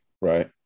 right